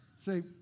Say